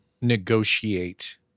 negotiate